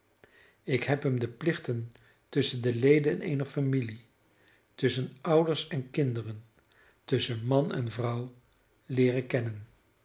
ik heb hem de plichten tusschen de leden eener familie tusschen ouders en kinderen tusschen man en vrouw leeren kennen